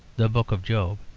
the book of job,